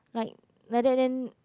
like like that then